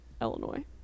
Illinois